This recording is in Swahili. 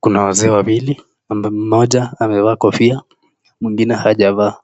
Kuna wazee wawili, mmoja amevaa kofia mwingine hajavaa,